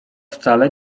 wcale